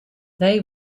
they